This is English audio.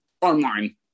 online